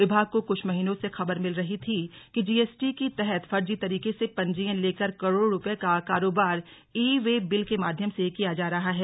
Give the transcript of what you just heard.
विभाग को कुछ महीनों से खबर मिल रही थी कि जीएसटी की तहत फर्जी तरीके से पंजीयन लेकर करोड़ों रुपये का कारोबार ई वे बिल के माध्यम से किया जा रहा है